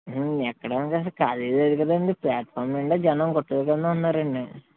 ఎక్కడానికి అసల ఖాళీ లేదు కదండి ప్లాట్ఫాం నిండా జనం గుట్టలు కింద ఉన్నారండి